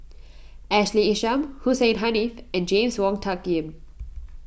Ashley Isham Hussein Haniff and James Wong Tuck Yim